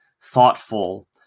thoughtful